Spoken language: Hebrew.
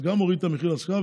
זה גם מוריד את המחיר להשכרה,